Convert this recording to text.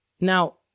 Now